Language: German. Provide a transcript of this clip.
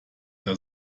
der